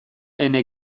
ene